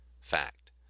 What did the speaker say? Fact